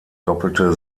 doppelte